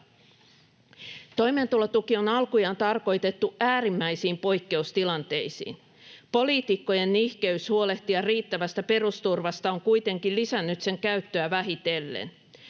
Toimeentulotuki on alkujaan tarkoitettu äärimmäisiin poikkeustilanteisiin. Poliitikkojen nihkeys huolehtia riittävästä perusturvasta on kuitenkin lisännyt sen käyttöä vähitellen.